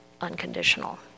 unconditional